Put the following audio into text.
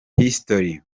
history